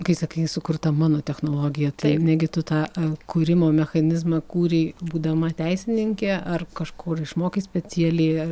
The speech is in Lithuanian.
kai sakai sukurta mano technologija tai negi tu tą kūrimo mechanizmą kūrei būdama teisininkė ar kažkur išmokai specialiai